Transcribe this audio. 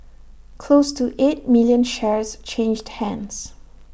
close to eight million shares changed hands